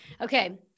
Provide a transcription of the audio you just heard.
Okay